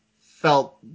felt